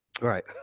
right